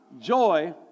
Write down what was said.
Joy